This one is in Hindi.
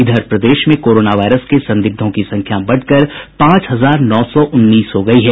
इधर प्रदेश में कोरोना वायरस के संदिग्धों की संख्या बढ़कर पांच हजार नौ सौ उन्नीस हो गयी है